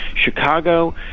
Chicago